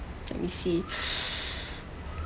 let me see